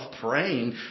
praying